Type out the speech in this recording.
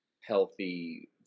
healthy